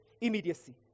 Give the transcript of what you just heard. immediacy